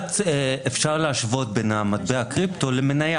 אפשר להשוות בין מטבע קריפטו למניה